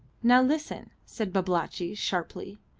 now, listen, said babalatchi, sharply.